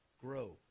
Grow